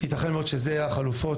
ייתכן מאוד שאלה יהיו החלופות